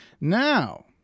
Now